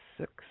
Six